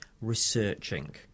researching